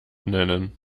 nennen